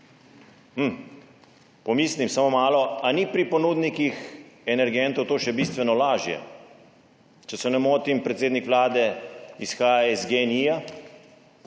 Pomislim, samo malo, ali ni pri ponudnikih energentov to še bistveno lažje? Če se ne motim, predsednik Vlade izhaja iz Gen-i,